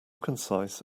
concise